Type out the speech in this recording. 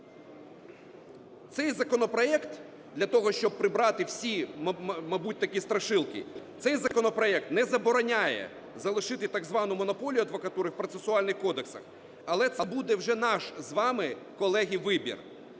Цей законопроект для того, щоб прибрати всі, мабуть, такі страшилки, цей законопроект не забороняє залишити так звану монополію адвокатури в процесуальних кодексах. Але це буде вже наш з вами, колеги, вибір